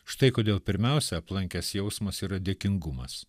štai kodėl pirmiausia aplankęs jausmas yra dėkingumas